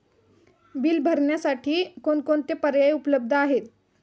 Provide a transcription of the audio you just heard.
Bill भरण्यासाठी कोणकोणते पर्याय उपलब्ध आहेत?